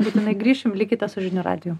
būtinai grįšim likite su žinių radiju